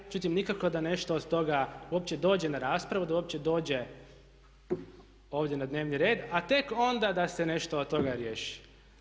Međutim, nikako da nešto od toga uopće dođe na raspravu, da uopće dođe ovdje na dnevni red, a tek onda da se nešto od toga riješi.